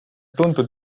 tuntud